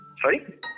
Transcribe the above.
Sorry